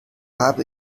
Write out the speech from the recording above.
habe